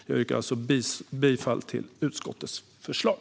Jag yrkar alltså bifall till utskottets förslag.